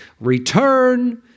return